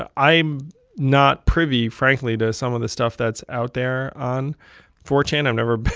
i'm not privy, frankly, to some of the stuff that's out there on four chan. i've never